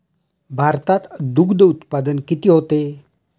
भारतात दुग्धउत्पादन किती होते?